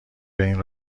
بین